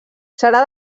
serà